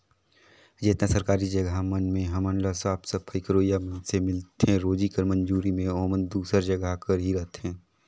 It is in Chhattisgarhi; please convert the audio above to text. जेतना सरकारी जगहा मन में हमन ल साफ सफई करोइया मइनसे मिलथें रोजी कर मंजूरी में ओमन दूसर जगहा कर ही रहथें